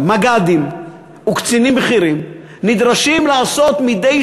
מג"דים וקצינים בכירים נדרשים לעשות מדי